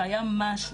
שהיה משהו.